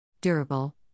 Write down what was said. Durable